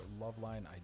Loveline